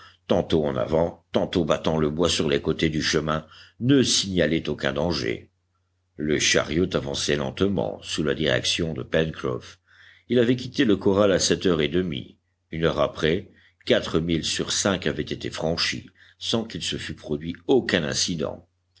tantôt en avant tantôt battant le bois sur les côtés du chemin ne signalaient aucun danger le chariot avançait lentement sous la direction de pencroff il avait quitté le corral à sept heures et demie une heure après quatre milles sur cinq avaient été franchis sans qu'il se fût produit aucun incident